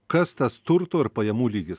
kas tas turto ir pajamų lygis